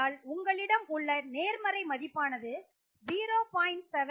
ஆகையால் உங்களிடம் உள்ள நேர்மறை மதிப்பானது 0